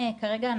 כרגע,